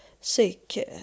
sick